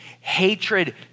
hatred